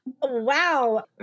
wow